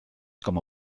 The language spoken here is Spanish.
como